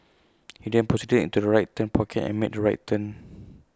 he then proceeded into the right turn pocket and made the right turn